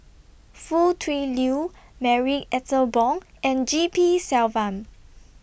Foo Tui Liew Marie Ethel Bong and G P Selvam